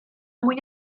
mwyn